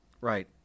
Right